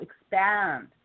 expand